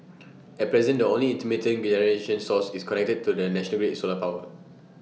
at present the only intermittent generation source is connected to the national grid solar power